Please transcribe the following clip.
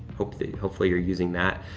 hopefully hopefully you're using that.